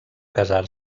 casar